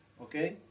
okay